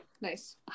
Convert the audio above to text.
nice